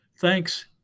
Thanks